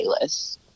playlists